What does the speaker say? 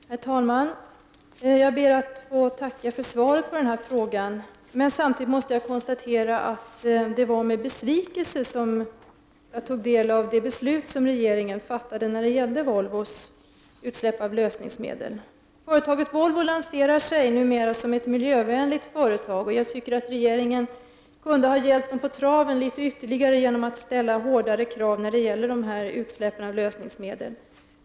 Herr talman! Jag ber att få tacka för svaret på frågan, men jag måste samtidigt konstatera att det var med besvikelse som jag tog del av det beslut som regeringen fattade angående Volvos utsläpp av lösningsmedel. Företaget Volvo lanserar sig numera som ett miljövänligt företag. Jag tycker att regeringen kunde ha hjälpt företaget ytterligare litet på traven genom att ställa hårdare krav när när det gäller utsläppen av lösningsmedel.